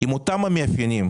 עם אותם המאפיינים,